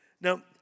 Now